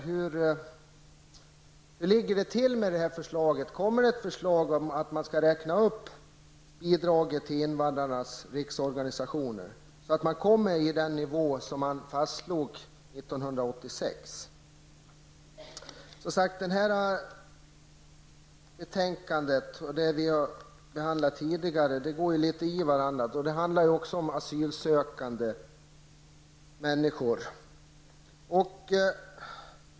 Hur ligger det till med det här förslaget? Kommer det ett förslag om att man skall räkna upp bidraget till invandrarnas riksorganisationer, så att man kommer upp till den nivå som man fastslog år 1986? Det här betänkandet och det vi har behandlat tidigare under dagen går litet i varandra. De handlar om asylsökande människor.